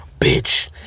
bitch